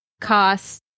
cost